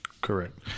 Correct